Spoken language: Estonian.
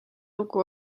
lugu